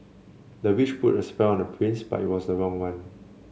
the witch put a spell on the prince but it was the wrong one